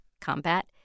combat